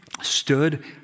stood